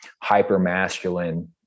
hyper-masculine